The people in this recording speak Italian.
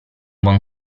buon